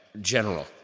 General